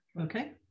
Okay